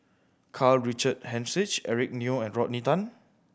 Karl Richard Hanitsch Eric Neo and Rodney Tan